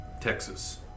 Texas